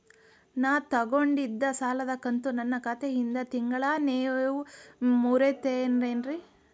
ನಾ ತೊಗೊಂಡಿದ್ದ ಸಾಲದ ಕಂತು ನನ್ನ ಖಾತೆಯಿಂದ ತಿಂಗಳಾ ನೇವ್ ಮುರೇತೇರೇನ್ರೇ?